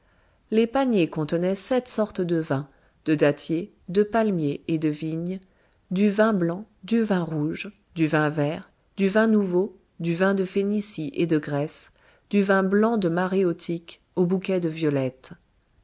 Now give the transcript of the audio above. les paniers contenaient sept sortes de vins de dattier de palmier et de vigne du vin blanc du vin rouge du vin vert du vin nouveau du vin de phénicie et de grèce du vin blanc de maréotique au bouquet de violette